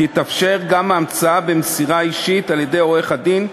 תתאפשר גם המצאה במסירה אישית על-ידי עורך-הדין,